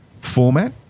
format